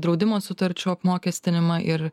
draudimo sutarčių apmokestinimą ir